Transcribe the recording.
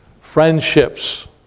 Friendships